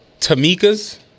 Tamika's